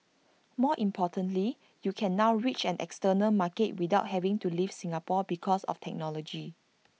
more importantly you can now reach an external market without having to leave Singapore because of technology